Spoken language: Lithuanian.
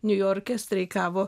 niujorke streikavo